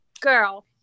girl